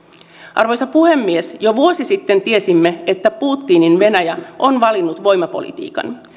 arvoisa puhemies jo vuosi sitten tiesimme että putinin venäjä on valinnut voimapolitiikan